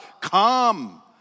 Come